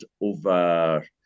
over